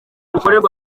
bukorerwa